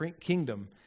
kingdom